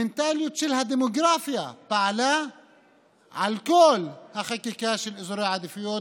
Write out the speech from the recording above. המנטליות של הדמוגרפיה פעלה על כל החקיקה של אזורי העדיפויות.